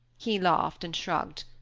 he laughed and shrugged,